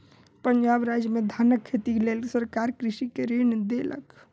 पंजाब राज्य में धानक खेतीक लेल सरकार कृषक के ऋण देलक